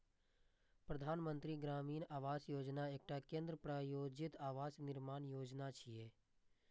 प्रधानमंत्री ग्रामीण आवास योजना एकटा केंद्र प्रायोजित आवास निर्माण योजना छियै